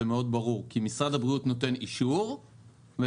זה מאוד ברור כי משרד הבריאות נותן אישור ולכן